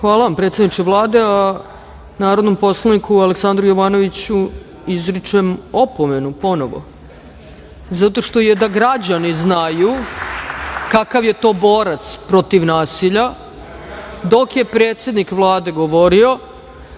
Hvala vam, predsedniče Vlade. Narodnom poslaniku Aleksandru Jovanoviću izričem opomenu ponovo. Zato što je, da građani znaju kakav je to borac protiv nasilja dok je predsednik Vlade govorio,